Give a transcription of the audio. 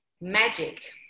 magic